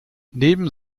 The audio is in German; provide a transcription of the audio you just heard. neben